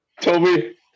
Toby